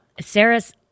Sarah's